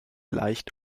leicht